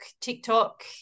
TikTok